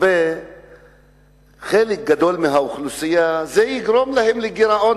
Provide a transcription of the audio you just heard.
חלק גדול מהאוכלוסייה ייגרם להם גירעון